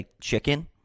chicken